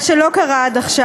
מה שלא קרה עד עכשיו.